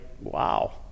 wow